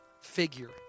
figure